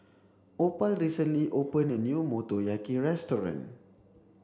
Opal recently opened a new Motoyaki restaurant